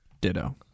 Ditto